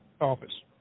office